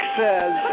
says